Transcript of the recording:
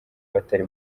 batari